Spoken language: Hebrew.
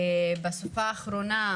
בסופה האחרונה,